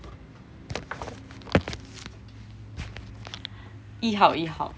yee hao yee hao yeah